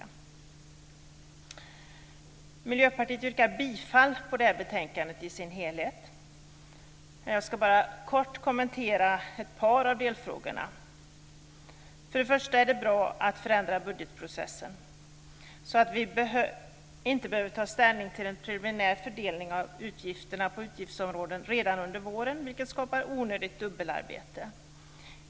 Jag yrkar för Miljöpartiet bifall till förslaget i det här betänkandet i dess helhet. Jag ska bara kort kommentera ett par av delfrågorna. Först är det bra att förändra budgetprocessen så att vi inte behöver ta ställning till en preliminär fördelning av utgifterna på utgiftsområden redan under våren, vilket skapar onödigt dubbelarbete.